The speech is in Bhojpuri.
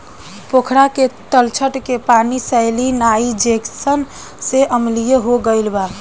पोखरा के तलछट के पानी सैलिनाइज़ेशन से अम्लीय हो गईल बा